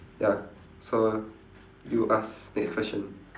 ya so you ask next question